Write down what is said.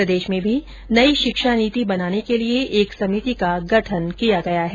प्रदेश में भी नई शिक्षा नीति बनाने के लिये एक समिति का गठिन किया गया है